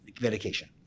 medication